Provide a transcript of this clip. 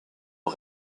aux